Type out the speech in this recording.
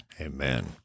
Amen